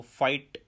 fight